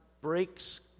breaks